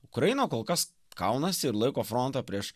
ukraina kol kas kaunasi ir laiko frontą prieš